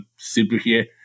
superhero